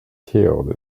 tailed